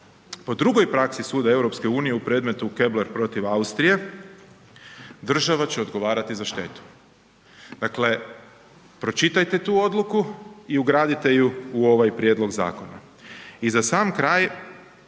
po drugoj praksi suda EU u predmetu Köbler protiv Austrije država će odgovarati za štetu. Dakle pročitajte tu odluku i ugradite ju u ovaj prijedlog zakona. I za sam kraj